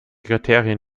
kriterien